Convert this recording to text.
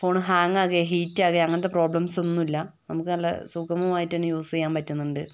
phone hang ആകേ heat ആകേ അങ്ങനത്തെ പ്രോബ്ലംസ് ഒന്നുമില്ല നമുക്ക് നല്ല സുഖമമായിട്ട് തന്നെ ആയിട്ട് തന്നെ യൂസ് ചെയ്യാൻ പറ്റുന്നുണ്ട്